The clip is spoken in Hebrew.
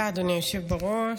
תודה, אדוני היושב בראש,